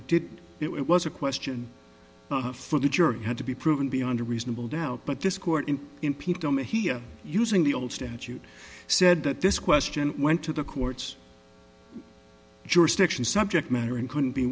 it did it was a question for the jury had to be proven beyond a reasonable doubt but this court in in peace doma here using the old statute i said that this question went to the court's jurisdiction subject matter and